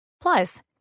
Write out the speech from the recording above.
Plus